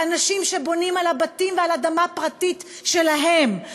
ואנשים שבונים על הבתים ועל אדמה פרטית שלהם,